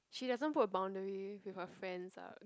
she doesn't put a boundary with her friends ah